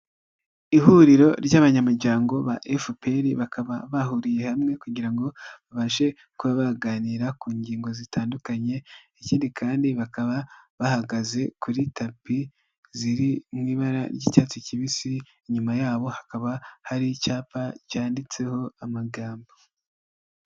Ihuriro ry'abanyamuryango ba FPR, bakaba bahuriye hamwe kugira ngo babashe kubaganira ku ngingo zitandukanye, ikindi kandi bakaba bahagaze kuri tapi ziri mu ibara ry'icyatsi kibisi, inyuma yabo hakaba hari icyapa cyanditseho amagambo.